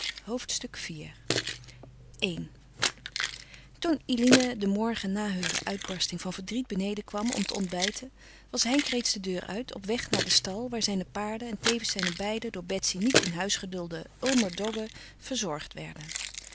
hoofdstuk iv i toen eline den morgen na heure uitbarsting van verdriet beneden kwam om te ontbijten was henk reeds de deur uit op weg naar den stal waar zijne paarden en tevens zijne beide door betsy niet in huis gedulde ulmerdoggen verzorgd werden